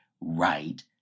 right